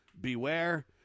Beware